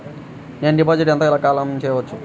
నేను డిపాజిట్ ఎంత కాలం చెయ్యవచ్చు?